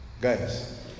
Guys